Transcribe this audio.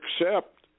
accept